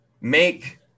make